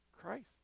Christ